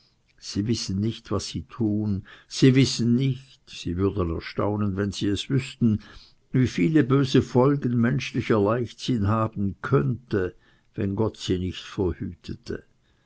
sie wissen nicht was sie tun sie wissen nicht sie würden erstaunen wenn sie es wüßten wie viele böse folgen menschlicher leichtsinn haben könnte wenn gott sie nicht verhütete